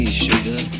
sugar